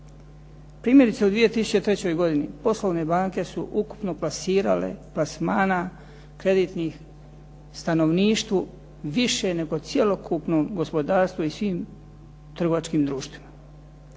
Primjerice, u 2003. godini poslovne banke su ukupno plasirale plasmana kreditnih stanovništvu više nego cjelokupnom gospodarstvu i svim trgovačkim društvima,